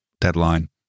deadline